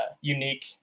unique